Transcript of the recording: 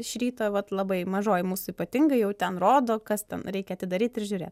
iš ryto vat labai mažoji mūsų ypatingai jau ten rodo kas ten reikia atidaryt ir žiūrė